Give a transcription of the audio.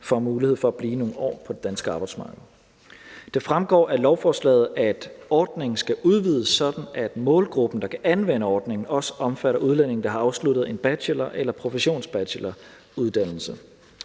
får mulighed for at blive nogle år på det danske arbejdsmarked. Det fremgår af lovforslaget, at ordningen skal udvides, sådan at målgruppen, der kan anvende ordningen, også omfatter udlændinge, der har afsluttet en bachelor- eller professionsbacheloruddannelse.